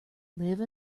live